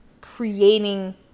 creating